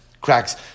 Cracks